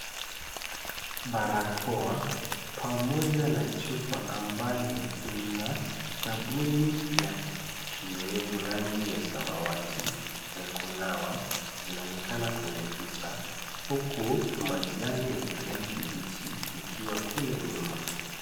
Barakoa pamoja na chupa ambayo ina sabuni ya kiowevu rangi ya samawati ya kunawa zinaonekana kwenye picha huku majani ya kijani kibichi ikiwa kule nyuma.